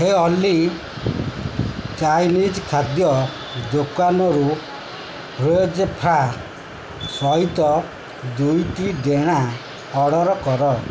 ହେ Ali Chinese ଖାଦ୍ୟ ଦୋକାନରୁ French fry ସହିତ ଦୁଇଟି ଡେଣା ଅର୍ଡ଼ର କର